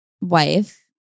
wife